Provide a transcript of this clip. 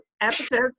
episode